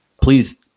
Please